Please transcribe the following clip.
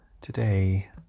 today